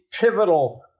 pivotal